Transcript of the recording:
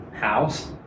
house